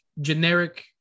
generic